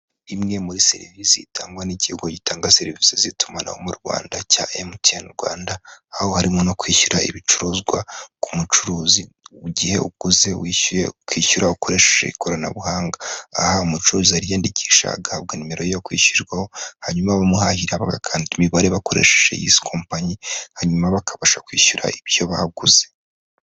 Imwe muri serivisi itangwa n'ikigo gitanga serivisi z'itumanaho mu Rwanda cya MTN Rwanda, aho harimo no kwishyura ibicuruzwa ku mucuruzi igihe uguze, wishyuye, ukishyura ukoresheje ikoranabuhanga. Aha umucuruzi ariyandikisha agahabwa nimero ye yo kwishyurirwaho, hanyuma abamuhahira bagakanda imibare bakoresheje iyizi kompanyi, hanyuma bakabasha kwishyura ibyo baguze.